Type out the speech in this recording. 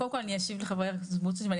קודם כל אני אשיב לחבר הכנסת סמוטריץ' ואני